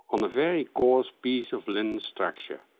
um a very coarse piece of linen structure.